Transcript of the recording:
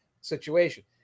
situation